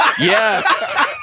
Yes